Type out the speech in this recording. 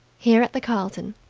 here at the carlton!